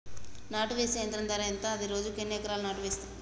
నాటు వేసే యంత్రం ధర ఎంత? అది రోజుకు ఎన్ని ఎకరాలు నాటు వేస్తుంది?